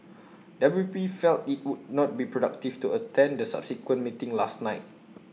W P felt IT would not be productive to attend the subsequent meeting last night